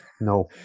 No